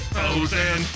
Frozen